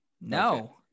No